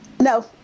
No